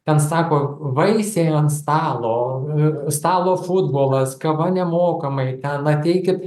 ten sako vaisiai ant stalo stalo futbolas kava nemokamai ten ateikit